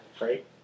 Right